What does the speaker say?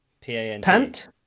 p-a-n-t